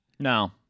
No